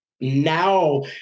now